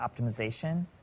optimization